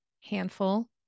handful